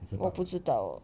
我不知道